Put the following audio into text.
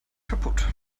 kaputt